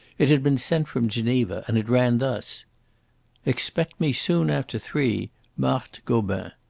it had been sent from geneva, and it ran thus expect me soon after three marthe gobin.